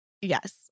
yes